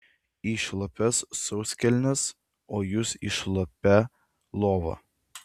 į šlapias sauskelnes o jūs į šlapią lovą